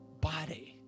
body